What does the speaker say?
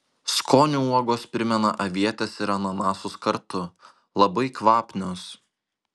skoniu uogos primena avietes ir ananasus kartu labai kvapnios